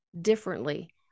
differently